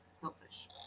selfish